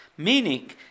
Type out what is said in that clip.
Meaning